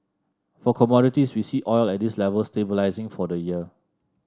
for commodities we see oil at this level stabilising for the year